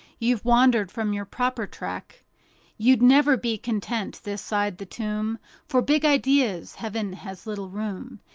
you've wandered from your proper track you'd never be content this side the tomb for big ideas heaven has little room,